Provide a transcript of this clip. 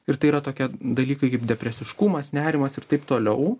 ir tai yra tokie dalykai kaip depresiškumas nerimas ir taip toliau